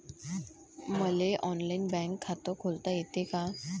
मले online bank खात खोलता येते का?